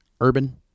Urban